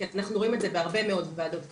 כי אנחנו רואים את זה בהרבה מאוד ועדות כנסת,